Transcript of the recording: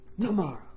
tomorrow